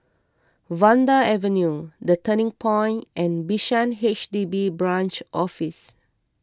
Vanda Avenue the Turning Point and Bishan H D B Branch Office